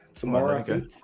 Tomorrow